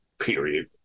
period